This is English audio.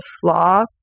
flaw